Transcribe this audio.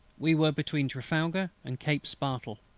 we were between trafalgar and cape spartel.